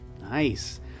Nice